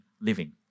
living